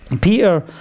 Peter